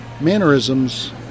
mannerisms